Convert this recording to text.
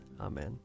Amen